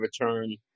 return